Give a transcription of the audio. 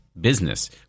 business